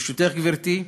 ברשותך, גברתי,